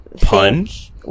punch